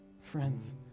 Friends